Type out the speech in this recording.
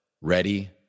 ready